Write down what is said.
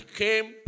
came